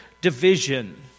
division